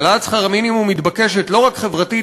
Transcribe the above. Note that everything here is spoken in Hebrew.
העלאת שכר המינימום מתבקשת לא רק חברתית,